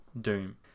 Doom